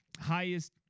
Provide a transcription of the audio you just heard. highest